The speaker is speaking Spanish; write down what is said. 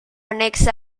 anexo